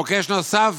מוקש נוסף